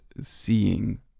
seeing